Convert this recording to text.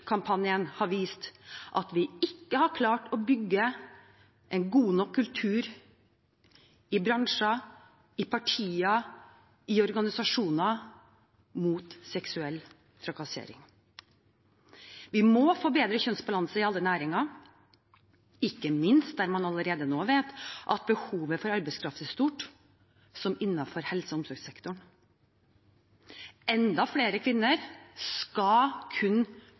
har vist at vi ikke har klart å bygge en god nok kultur i bransjer, partier og organisasjoner mot seksuell trakassering. Vi må få bedre kjønnsbalanse i alle næringer, ikke minst der man allerede nå vet at behovet for arbeidskraft er stort, som i helse- og omsorgssektoren. Enda flere kvinner skal